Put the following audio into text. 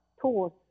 tools